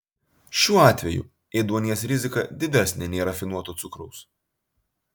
šiuo atveju ėduonies rizika didesnė nei rafinuoto cukraus